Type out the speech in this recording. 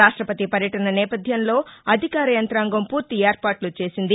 రాష్టపతి పర్యటన నేపథ్యంలో అధికార యంత్రాంగం పూర్తి ఏర్పాట్లు చేసింది